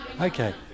Okay